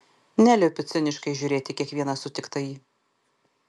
neliepiu ciniškai žiūrėti į kiekvieną sutiktąjį